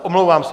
Omlouvám se.